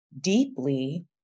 deeply